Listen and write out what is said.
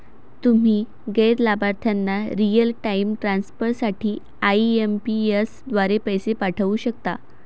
तुम्ही गैर लाभार्थ्यांना रिअल टाइम ट्रान्सफर साठी आई.एम.पी.एस द्वारे पैसे पाठवू शकता